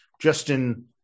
Justin